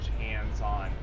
hands-on